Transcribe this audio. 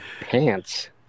pants